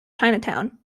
chinatown